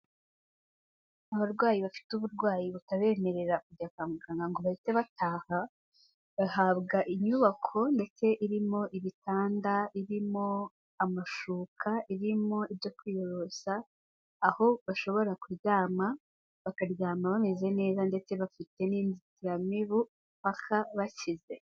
Abarwayi bafite uburwayi butabemerera kujya kwa muganga ngo bahite bataha, bahabwa inyubako ndetse irimo ibitanda, irimo amashuka, irimo ibyo kwiyorosa, aho bashobora kuryama bakaryama bameze neza ndetse bafite n'inzitiramibu mpaka bakize.